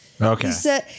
Okay